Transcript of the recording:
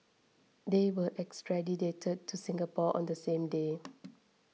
they were extradited to Singapore on the same day